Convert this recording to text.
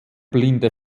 blinde